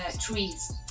trees